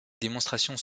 démonstrations